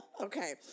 Okay